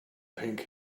pink